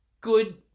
good